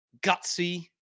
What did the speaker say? gutsy